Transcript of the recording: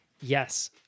Yes